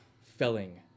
felling